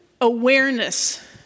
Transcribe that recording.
awareness